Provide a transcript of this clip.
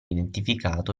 identificato